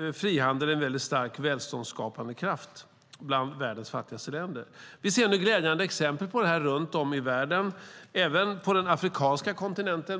länder är frihandel en stark välståndsskapande kraft. Vi ser nu glädjande exempel på det runt om i världen, även på den afrikanska kontinenten.